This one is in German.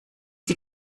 die